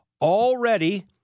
already